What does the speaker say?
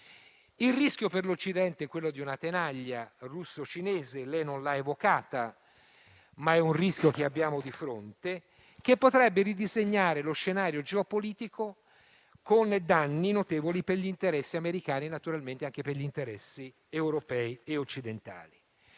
Il rischio per l'Occidente è quello di una tenaglia russo-cinese - lei non l'ha evocata, ma è un rischio che abbiamo di fronte - che potrebbe ridisegnare lo scenario geopolitico, con danni notevoli per gli interessi americani e naturalmente anche per gli interessi europei e occidentali.